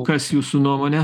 kas jūsų nuomone